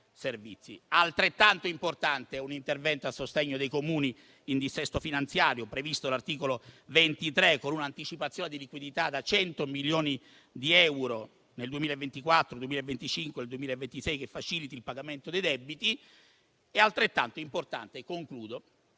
servizi. Importante è anche l'intervento a sostegno dei Comuni in dissesto finanziario, previsto all'articolo 23, con un'anticipazione di liquidità da 100 milioni di euro nel 2024, 2025 e 2026, che faciliti il pagamento dei debiti. Altrettanto importante, infine,